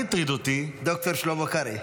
ד"ר שלמה קרעי.